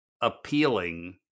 appealing